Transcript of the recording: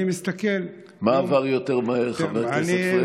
אני מסתכל, מה עבר יותר מהר, חבר הכנסת פריג'?